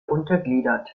untergliedert